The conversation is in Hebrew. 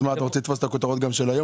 אני רוצה להגיד לחברים על מה דיברנו אתמול,